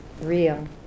real